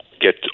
get